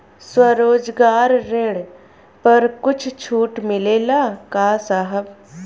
स्वरोजगार ऋण पर कुछ छूट मिलेला का साहब?